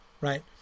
right